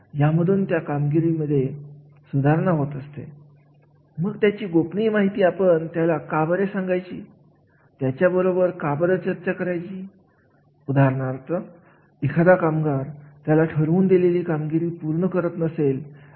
तर अशा प्रकारांमध्ये हे अतिशय महत्त्वाचे होते की एखाद्या कार्याची माहिती अतिशय शास्त्रशुद्ध पद्धतीने गोळा करून त्या कार्याचा विचार करण्यात यावा